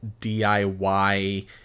DIY